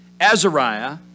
Azariah